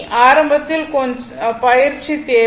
ஆரம்பத்தில் கொஞ்சம் பயிற்சி தேவை